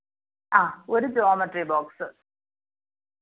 ആ ഒരു geometry box